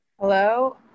Hello